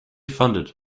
funded